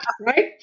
right